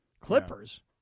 Clippers